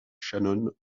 shannon